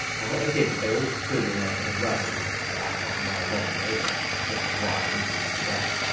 and what they did was, they all stood in ah in a row about half a mile long and they all had bits of wire linking them together.